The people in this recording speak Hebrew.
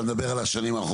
אתה מדבר על השנים האחרונות?